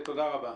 תודה רבה.